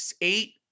eight